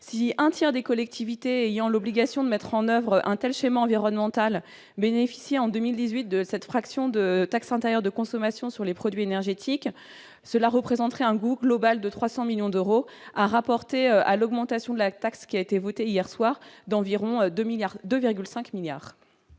si un tiers des collectivités ayant l'obligation de mettre en oeuvre schéma environnementale bénéficier en 2018 de cette fraction de taxe intérieure de consommation sur les produits énergétiques, cela représenterait un groupe global de 300 millions d'euros, a rapporté à l'augmentation de la taxe qui a été votée hier soir d'environ 2 milliards